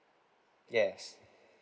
yes